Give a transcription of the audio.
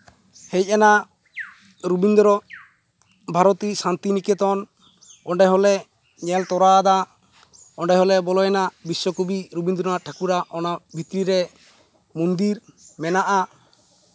ᱦᱮᱡ ᱮᱱᱟ ᱨᱚᱵᱤᱱᱫᱨᱚ ᱵᱷᱟᱨᱛᱤ ᱥᱟᱱᱛᱤᱱᱤᱠᱮᱛᱚᱱ ᱚᱸᱰᱮ ᱦᱚᱸᱞᱮ ᱧᱮᱞ ᱛᱚᱨᱟ ᱟᱫᱟ ᱚᱸᱰᱮ ᱦᱚᱸᱞᱮ ᱵᱚᱞᱚᱭᱮᱱᱟ ᱵᱤᱥᱥᱚ ᱠᱚᱵᱤ ᱨᱚᱵᱤᱱᱫᱨᱚᱱᱟᱛᱷ ᱴᱷᱟᱹᱠᱩᱨᱟᱜ ᱚᱱᱟ ᱵᱷᱤᱛᱨᱤ ᱨᱮ ᱢᱚᱱᱫᱤᱨ ᱢᱮᱱᱟᱜᱼᱟ